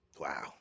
Wow